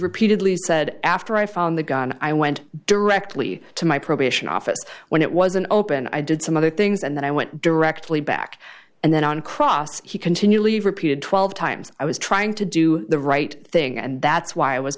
repeatedly said after i found the gun i went directly to my probation office when it was an open i did some other things and then i went directly back and then on cross he continually repeated twelve times i was trying to do the right thing and that's why i was